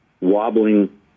wobbling